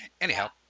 Anyhow